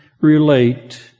relate